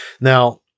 Now